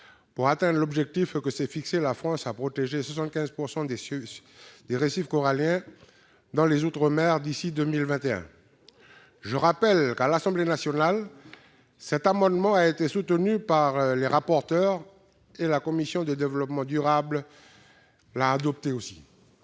pour atteindre l'objectif que s'est fixé la France, à savoir protéger 75 % des récifs coralliens dans les outre-mer d'ici à 2021. Je rappelle que, à l'Assemblée nationale, cet amendement a été soutenu par les rapporteurs et que la commission du développement durable et de